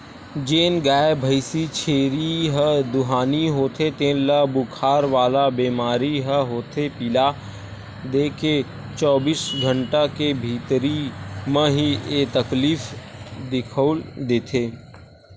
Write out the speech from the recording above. जेन गाय, भइसी, छेरी ह दुहानी होथे तेन ल बुखार वाला बेमारी ह होथे पिला देके चौबीस घंटा के भीतरी म ही ऐ तकलीफ दिखउल देथे